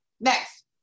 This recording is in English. next